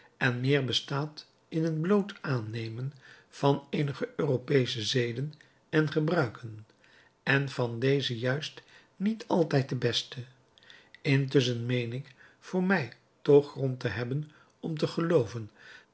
en meer bestaat in een bloot aannemen van eenige europeesche zeden en gebruiken en van deze juist niet altijd de beste intusschen meen ik voor mij toch grond te hebben om te gelooven